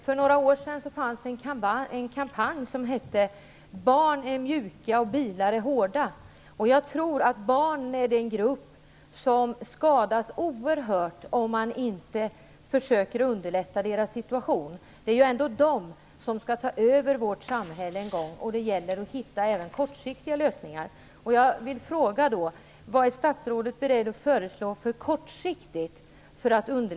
För några år sedan drevs en kampanj där det hette: Barn är mjuka, bilar är hårda. Jag tror att barn är en grupp som skadas oerhört, om man inte försöker att underlätta deras situation. Det är ändå de som en gång skall ta över vårt samhälle, och det gäller att hitta även kortsiktiga lösningar.